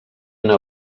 una